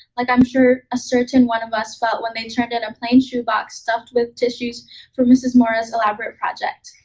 like i'm sure a certain one of us felt when they turned in a plain shoe box stuffed with tissues for mrs. morris's elaborate project.